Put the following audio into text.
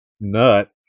nut